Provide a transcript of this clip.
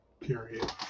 Period